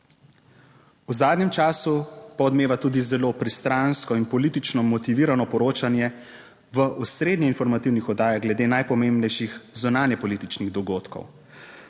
V zadnjem času pa odmeva tudi zelo pristransko in politično motivirano poročanje v osrednjih informativnih oddajah glede najpomembnejših zunanjepolitičnih dogodkov.